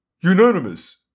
Unanimous